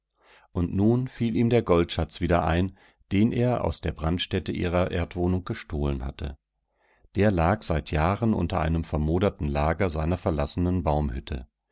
und nun fiel ihm der goldschatz wieder ein den er aus der brandstätte ihrer erdwohnung gestohlen hatte der lag seit jahren unter dem vermoderten lager seiner verlassenen baumhütte